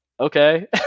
Okay